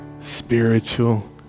spiritual